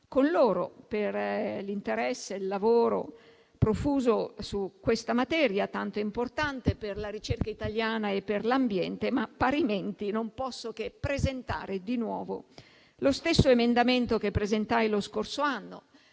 con loro per l'interesse e il lavoro profuso su questa materia, tanto importante per la ricerca italiana e per l'ambiente, ma parimenti non posso che presentare lo stesso emendamento che presentai lo scorso anno